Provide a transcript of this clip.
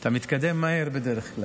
אתה מתקדם מהר בדרך כלל.